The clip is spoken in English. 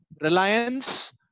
Reliance